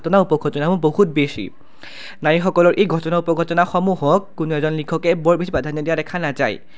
ঘটনা উপঘটনাসমূহ বহুত বেছি নাৰীসকলৰ এই ঘটনা উপঘটনাসমূহক কোনো এজন লিখকে বৰ বেছি প্ৰাধান্য দিয়া দেখা নাযায়